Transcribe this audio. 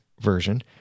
version